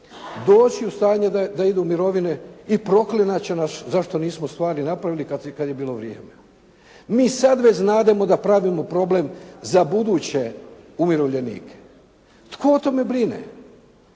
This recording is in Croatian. doći u stanje da idu u mirovine i proklinjat će nas zašto nismo stvari napravili kada je bilo vrijeme. Mi sad već znademo da pravimo problem za buduće umirovljenike. Tko o tome brine?